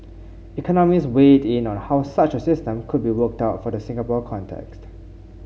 economists weighed in on how such a system could be worked out for the Singapore context